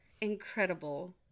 Incredible